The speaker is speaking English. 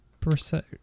percent